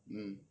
mm